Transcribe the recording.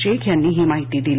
शेख यांनी ही माहिती दिली